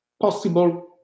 possible